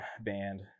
band